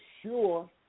sure